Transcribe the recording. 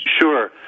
Sure